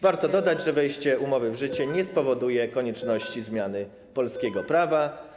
Warto dodać, że wejście umowy w życie nie spowoduje konieczności zmiany polskiego prawa.